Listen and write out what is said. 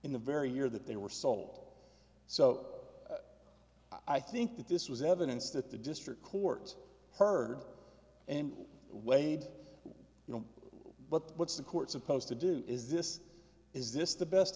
in the very year that they were sold so i think that this was evidence that the district court heard and weighed you know but what's the court supposed to do is this is this the best